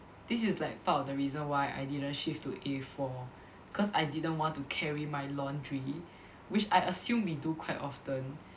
this is like part of the reason why I didn't shift to A four cause I didn't want to carry my laundry which I assume we do quite often